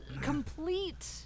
complete